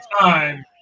time